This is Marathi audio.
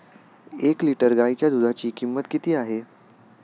एक लिटर गाईच्या दुधाची किंमत किती आहे?